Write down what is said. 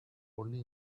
only